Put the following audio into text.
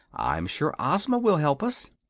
i'm sure ozma will help us.